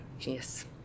Yes